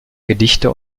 gedichte